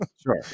Sure